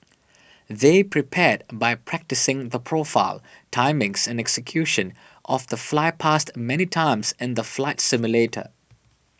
they prepared by practising the profile timings and execution of the flypast many times in the flight simulator